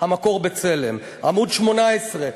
המקור: "בצלם"; עמוד 18,